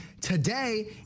today